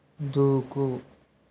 దూకు